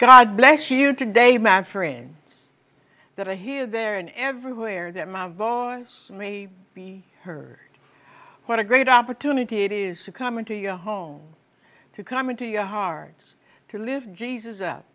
god bless you today my friends that are here there and everywhere that my vase may be heard what a great opportunity it is to come into your home to come into your heart to live jesus up